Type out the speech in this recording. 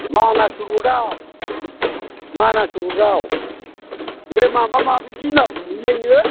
मानास र'डआव मानास र'डआव माबा माबि जुनाद नुयोलायनो